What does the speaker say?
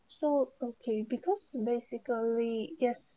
so okay because basically yes